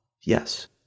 Yes